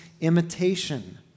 imitation